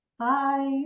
Hi